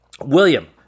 William